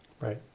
Right